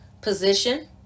position